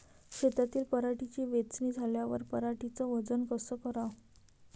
शेतातील पराटीची वेचनी झाल्यावर पराटीचं वजन कस कराव?